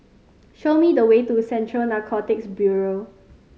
show me the way to Central Narcotics Bureau